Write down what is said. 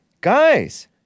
Guys